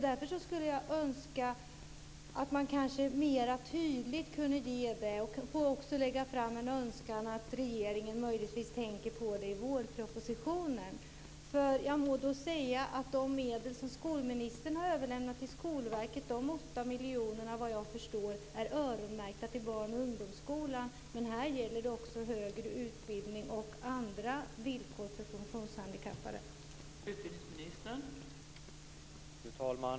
Därför skulle jag önska att man kanske mera tydligt kunde ge det. Vidare får jag kanske lägga fram en önskan om att regeringen möjligtvis tänker på detta i vårpropositionen. Jag må då säga att de medel - 8 miljoner kronor - som skolministern har överlämnat till Skolverket är såvitt jag förstår öronmärkta för barn och ungdomsskolan.